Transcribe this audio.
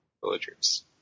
villagers